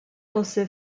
also